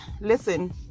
listen